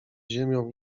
ziemią